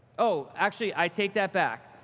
oh, actually, i take that back.